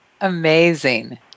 Amazing